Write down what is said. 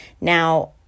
Now